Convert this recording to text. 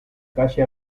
calle